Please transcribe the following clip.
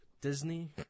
Disney